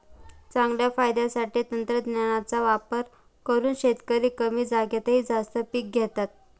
चांगल्या फायद्यासाठी तंत्रज्ञानाचा वापर करून शेतकरी कमी जागेतही जास्त पिके घेतात